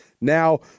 now